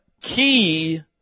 Key